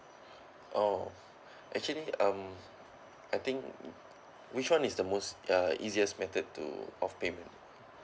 orh actually um I think which one is the most uh easiest method to of payment